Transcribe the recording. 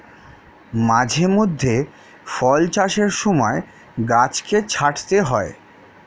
মাঝে মধ্যে ফল চাষের সময় গাছকে ছাঁটতে হয়